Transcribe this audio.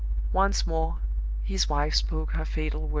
once more his wife spoke her fatal words.